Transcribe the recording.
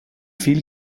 viel